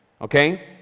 Okay